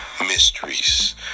mysteries